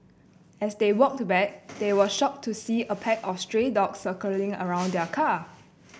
as they walked back they were shocked to see a pack of stray dogs circling around their car